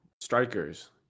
strikers